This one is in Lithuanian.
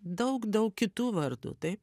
daug daug kitų vardų taip